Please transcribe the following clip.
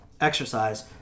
exercise